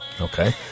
Okay